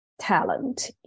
talent